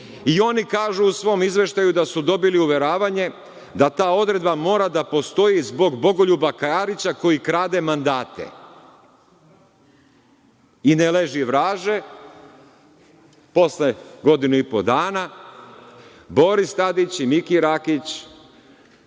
i oni kažu u svom izveštaju da su dobili uveravanje da ta odredba mora da postoji zbog Bogoljuba Karića, koji krade mandate. I ne leži vraže, posle godinu i po dana Boris Tadić i Miki Rakić,